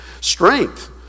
Strength